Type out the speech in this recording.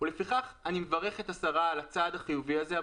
לפיכך אני מברך את השרה על הצעד החיובי הזה.